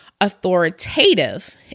authoritative